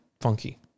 funky